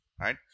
Right